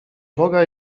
boga